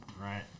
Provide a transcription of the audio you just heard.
right